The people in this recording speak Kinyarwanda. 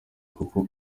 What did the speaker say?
kuko